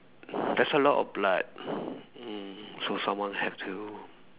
there's a lot of blood mm so someone had to